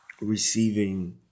receiving